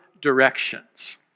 directions